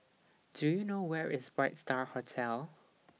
Do YOU know Where IS Bright STAR Hotel